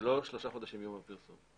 ולא שלושה חודשים מיום הפרסום.